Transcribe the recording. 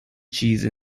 cheese